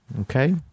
Okay